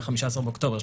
ה-15 באוקטובר,